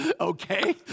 Okay